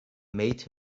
made